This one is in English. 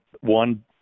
one